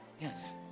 Yes